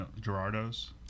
gerardo's